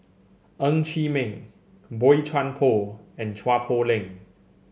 Ng Chee Meng Boey Chuan Poh and Chua Poh Leng